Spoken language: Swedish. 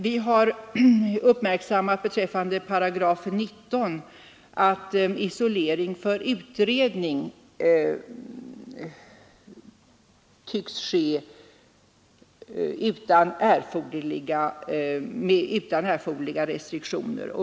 Vi har beträffande 19 8 uppmärksammat att isolering för utredning tycks ske utan erforderliga restriktioner.